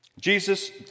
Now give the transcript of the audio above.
Jesus